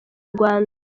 rwanda